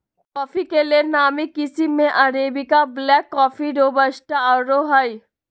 coffee के लेल नामी किशिम में अरेबिका, ब्लैक कॉफ़ी, रोबस्टा आउरो हइ